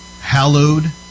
hallowed